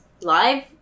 live